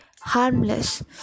harmless